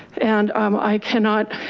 and um i cannot.